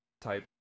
type